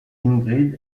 ingrid